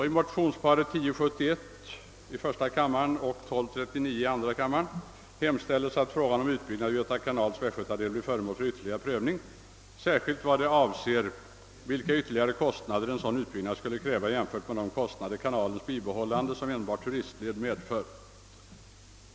I motionsparet I: 1071 och II: 1239 hemställes att frågan om utbyggnad av Göta kanals västgötadel skall bli föremål för ytterligare prövning särskilt i vad avser frågan om vilka ytterligare kostnader en sådan utbyggnad skulle kräva jämfört med de som endast turistled medför.